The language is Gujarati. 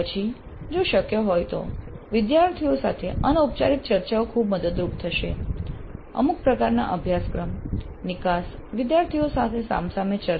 પછી જો શક્ય હોય તો વિદ્યાર્થીઓ સાથે અનૌપચારિક ચર્ચાઓ ખૂબ મદદરૂપ થશે અમુક પ્રકારના અભ્યાસક્રમ નિકાસ વિદ્યાર્થીઓ સાથે સામસામે ચર્ચા